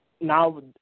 now